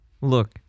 Look